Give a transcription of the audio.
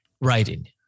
writing